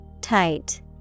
Tight